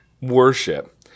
worship